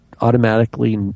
automatically